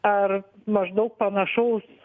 ar maždaug panašaus